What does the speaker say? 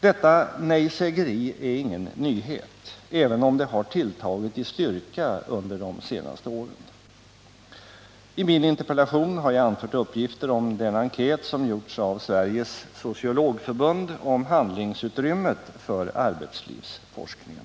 Detta nejsägeri är ingen nyhet, även om det har tilltagit i styrka under de senaste åren. I min interpellation har jag anfört uppgifter om den enkät som gjorts av Sveriges sociologförbund om handlingsutrymmet för arbetslivs forskningen.